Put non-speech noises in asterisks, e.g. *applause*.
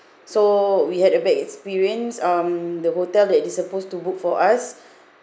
so we had a bad experience um the hotel that they supposed to book for us *breath*